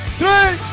three